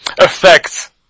effects